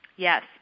Yes